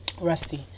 rusty